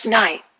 night